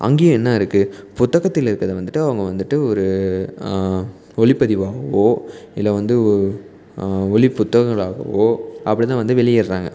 அங்கேயும் என்ன இருக்குது புத்தகத்தில் இருக்கிறது வந்துட்டு அவங்க வந்துட்டு ஒரு ஒலிப்பதிவாகவோ இல்லை வந்து ஒலி புத்தகங்களாகவோ அப்படிதான் வந்து வெளியிடுறாங்க